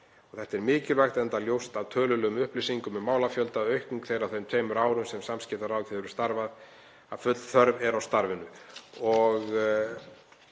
Þetta er mikilvægt enda ljóst af tölulegum upplýsingum um málafjölda, aukningu þeirra á þeim tveimur árum sem samskiptaráðgjafi hefur starfað, að full þörf er á starfinu.